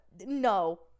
No